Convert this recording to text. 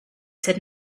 said